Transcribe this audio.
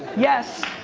yes.